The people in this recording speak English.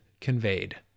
conveyed